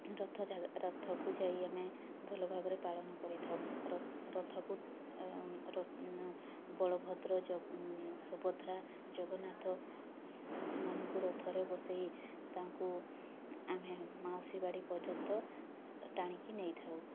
ରଥଯାତ୍ରା ରଥକୁ ଯାଇ ଆମେ ଭଲ ଭାବରେ ପାଳନ କରିଥାଉ ର ରଥକୁ ରଥକୁ ବଳଭଦ୍ର ଜ ସୁଭଦ୍ରା ଜଗନ୍ନାଥ ସେମାନଙ୍କୁ ରଥରେ ବସେଇ ତାଙ୍କୁ ଆମେ ମାଉସୀ ବାଡ଼ି ପର୍ଯ୍ୟନ୍ତ ଟାଣିକି ନେଇଥାଉ